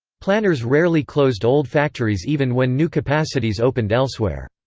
planners rarely closed old factories even when new capacities opened elsewhere.